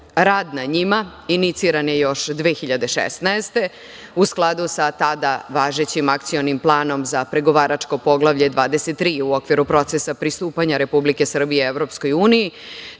Rad na njima iniciran je još 2016. u skladu sa tada važećim akcionim planom za pregovaračko Poglavlje 23, u okviru procesa pristupanja Republike Srbije